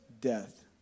death